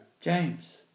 James